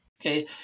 Okay